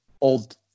old